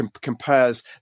compares